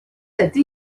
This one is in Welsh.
ydy